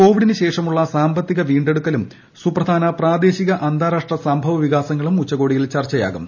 കോവിഡിന് ശേഷമുള്ള സാമ്പത്തിക വീണ്ണ്ടുക്കലും സുപ്രധാന പ്രാദേശിക അന്താരാഷ്ട്ര സംഭവ വിക്ട്സ്സ്ങ്ങളും ഉച്ചകോടിയിൽ ചർച്ചയാകും